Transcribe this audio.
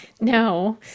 No